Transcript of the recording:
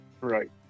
Right